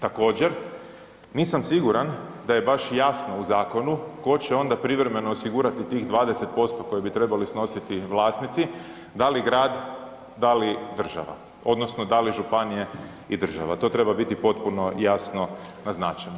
Također, nisam siguran da je baš jasno u zakonu ko će onda privremeno osigurati tih 20% koje bi trebali snositi vlasnici, da li grad, da li država odnosno da li županije i država, to treba biti potpuno jasno naznačeno.